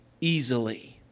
easily